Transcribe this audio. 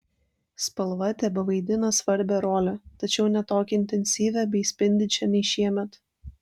spalva tebevaidina svarbią rolę tačiau ne tokią intensyvią bei spindinčią nei šiemet